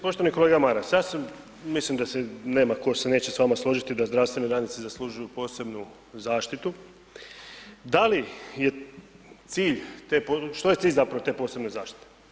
Poštovani kolega Maras, ja sam, mislim da se nema ko se neće s vama složiti da zdravstveni radnici zaslužuju posebnu zaštitu, da li je cilj te, što je cilj zapravo te posebne zaštite?